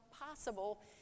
possible